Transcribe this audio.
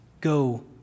go